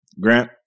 Grant